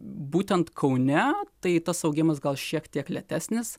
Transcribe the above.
būtent kaune tai tas augimas gal šiek tiek lėtesnis